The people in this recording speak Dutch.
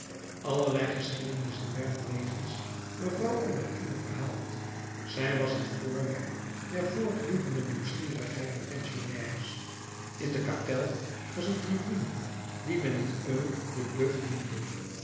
allerlei geschiedenissen werden wegens mevrouw albertine verhaald zij was het voorwerp der voortdurende nieuwsgierigheid der pensionnaires in de kapel was een tribune die men het oeil de boeuf noemde